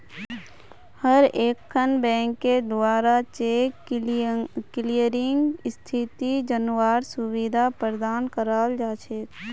हर एकखन बैंकेर द्वारा चेक क्लियरिंग स्थिति जनवार सुविधा प्रदान कराल जा छेक